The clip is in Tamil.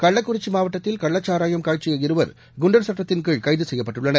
கள்ளக்குறிச்சிமாவட்டத்தில் கள்ளச்சாராயம் காய்ச்சிய குண்டர் சட்டத்தின்கீழ் இருவர் கைதுசெய்யப்பட்டுள்ளனர்